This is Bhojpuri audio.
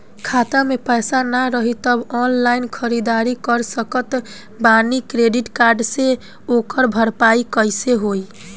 खाता में पैसा ना रही तबों ऑनलाइन ख़रीदारी कर सकत बानी क्रेडिट कार्ड से ओकर भरपाई कइसे होई?